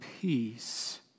peace